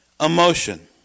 emotion